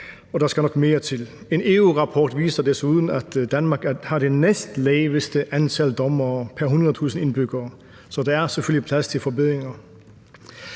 der skal nok mere til. En EU-rapport viser desuden, at Danmark har det næstlaveste antal dommere pr. 100.000 indbyggere, så der er selvfølgelig plads til forbedringer.